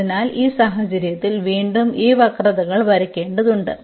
അതിനാൽ ഈ സാഹചര്യത്തിൽ വീണ്ടും ഈ വക്രതകൾ വരയ്ക്കേണ്ടതുണ്ട്